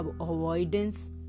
avoidance